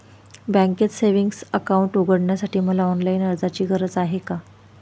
बँकेत savings account उघडण्यासाठी मला ऑनलाईन अर्जाची गरज आहे का?